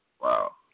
Wow